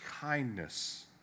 kindness